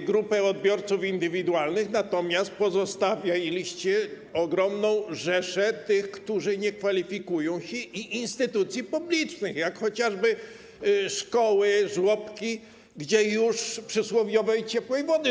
grupy odbiorców indywidualnych, natomiast pozostawiliście ogromną rzeszę tych, którzy nie kwalifikują się, i instytucji publicznych, jak chociażby szkoły, żłobki, gdzie już zaczęło brakować przysłowiowej ciepłej wody.